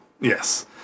Yes